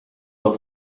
noch